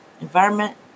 environment